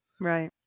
Right